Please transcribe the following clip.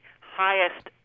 highest